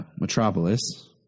Metropolis